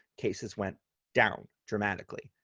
cases went down dramatically.